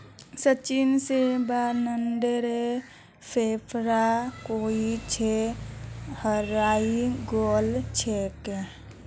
सचिन स बॉन्डेर पेपर कोई छा हरई गेल छेक